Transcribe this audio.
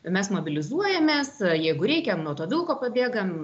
mes mobilizuojamės jeigu reikia nuo to vilko pabėgam